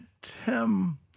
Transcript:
Tim